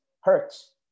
Hurts